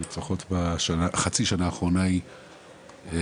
לפחות בחצי השנה האחרונה היא לנסות